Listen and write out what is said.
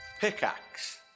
Pickaxe